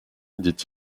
dit